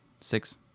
Six